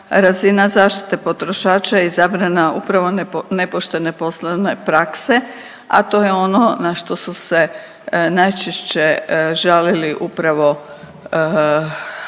razina zaštite potrošača i zabrana upravo nepoštene poslovne prakse, a to je ono na što su se najčešće žalili upravo